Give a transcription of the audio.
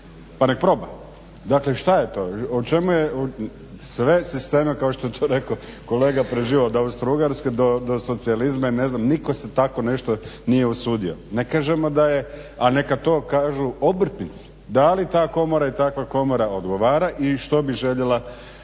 pa nek' proba. Dakle, šta je to? O čemu je, sve sisteme kao što je to rekao kolega preživio od Austro-ugarske do socijalizma i ne znam, nitko se tako nešto nije usudio. Ne kažemo da je, a neka to kažu obrtnici da li ta komora i takva komora odgovara i što bi željela,